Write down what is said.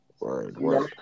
Right